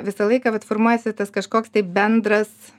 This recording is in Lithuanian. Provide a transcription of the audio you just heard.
visą laiką vat formuojasi tas kažkoks tai bendras